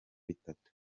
bitatu